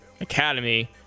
Academy